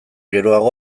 geroago